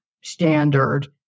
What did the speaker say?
standard